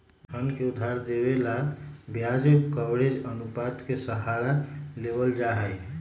धन के उधार देवे ला ब्याज कवरेज अनुपात के सहारा लेवल जाहई